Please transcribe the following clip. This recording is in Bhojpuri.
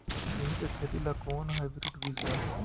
गेहूं के खेती ला कोवन हाइब्रिड बीज डाली?